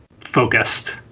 focused